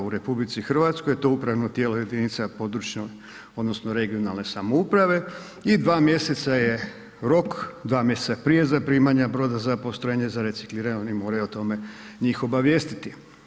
U RH je to upravno tijelo jedinica područne odnosno regionalne samouprave i dva mjeseca je rok, 2 mjeseca prije zaprimanje broda za postrojenje za recikliranje oni moraju o tome njih obavijestiti.